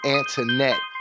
Antoinette